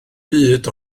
byd